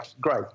great